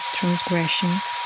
transgressions